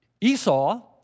Esau